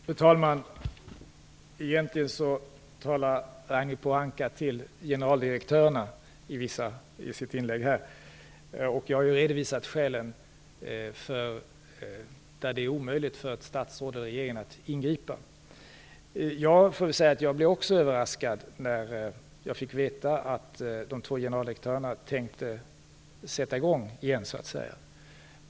Fru talman! Egentligen talar Ragnhild Pohanka till generaldirektörerna i sitt inlägg. Jag har ju redovisat skälen för att det är omöjligt för ett statsråd och för regeringen att ingripa. Jag blev också överraskad när jag fick veta att de två generaldirektörerna så att säga tänkte sätta i gång igen.